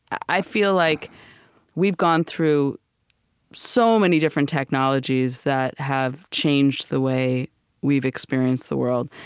i feel like we've gone through so many different technologies that have changed the way we've experienced the world.